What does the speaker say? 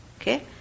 Okay